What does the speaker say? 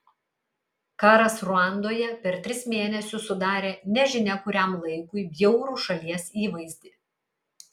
karas ruandoje per tris mėnesius sudarė nežinia kuriam laikui bjaurų šalies įvaizdį